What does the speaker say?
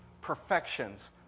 Perfections